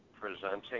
presenting